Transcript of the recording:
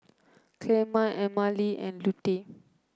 Clemma Emmalee and Lute